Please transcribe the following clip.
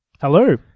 Hello